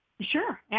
Sure